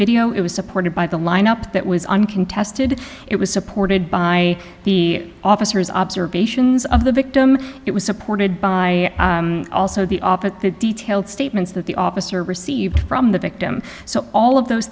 video it was supported by the lineup that was uncontested it was supported by the officers observations of the victim it was supported by also the office detailed statements that the officer received from the victim so all of those